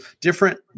different